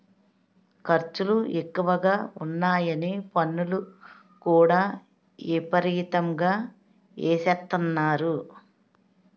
ఖర్చులు ఎక్కువగా ఉన్నాయని పన్నులు కూడా విపరీతంగా ఎసేత్తన్నారు